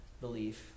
belief